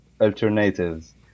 alternatives